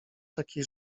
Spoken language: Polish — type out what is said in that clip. taki